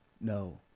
no